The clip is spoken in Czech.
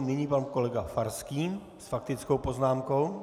Nyní pan kolega Farský s faktickou poznámkou.